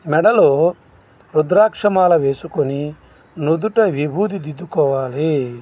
మెడలో రుద్రాక్ష మాల వేసుకుని నుదుట విభూది దిద్దుకోవాలి